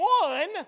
one